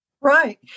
right